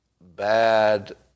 bad